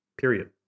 Period